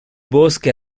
bosque